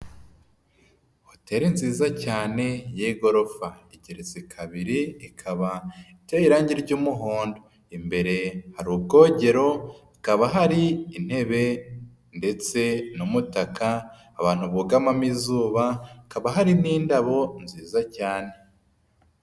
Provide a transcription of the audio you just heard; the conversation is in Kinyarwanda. Hoteli nziza cyane y'igorofa igeretse kabiri ikaba ita irangi ry'umuhondo, imbere hari ubwogero, hakaba hari intebe ndetse n'umutaka abantu bugamamo izuba, hakaba hari n'indabo nziza cyane.